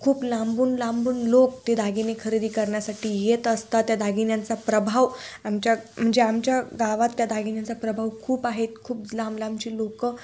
खूप लांबून लांबून लोक ते दागिने खरेदी करण्यासाठी येत असतात त्या दागिन्यांचा प्रभाव आमच्या म्हणजे आमच्या गावात त्या दागिन्यांचा प्रभाव खूप आहेत खूप लांबलांबची लोकं